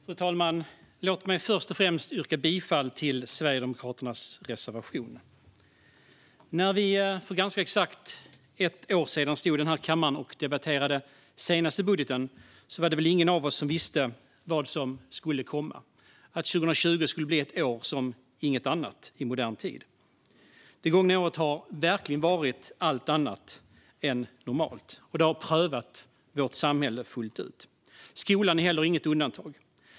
Fru talman! Låt mig först och främst yrka bifall till Sverigedemokraternas reservation. När vi för ganska exakt ett år sedan stod i denna kammare och debatterade den senaste budgeten var det ingen av oss som visste vad som skulle komma, att 2020 skulle bli ett år som inget annat i modern tid. Det gångna året har verkligen varit allt annat än normalt, och det har prövat vårt samhälle fullt ut. Skolan är inget undantag.